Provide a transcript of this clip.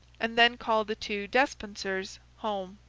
and then called the two despensers home.